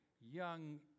young